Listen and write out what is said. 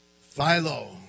Philo